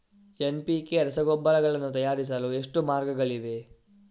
NPK ರಸಗೊಬ್ಬರಗಳನ್ನು ತಯಾರಿಸಲು ಎಷ್ಟು ಮಾರ್ಗಗಳಿವೆ?